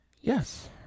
Yes